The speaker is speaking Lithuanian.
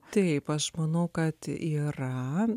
taip aš manau kad yra